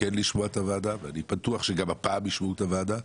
לשמוע את הוועדה ואני בטוח שגם הפעם ישמעו את הוועדה,